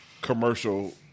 commercial